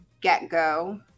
get-go